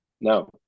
No